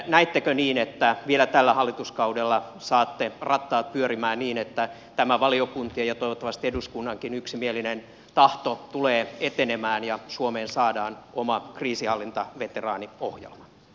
näettekö niin että vielä tällä hallituskaudella saatte rattaat pyörimään niin että tämä valiokuntien ja toivottavasti eduskunnankin yksimielinen tahto tulee etenemään ja suomeen saadaan oma kriisinhallintaveteraaniohjelma